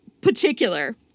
particular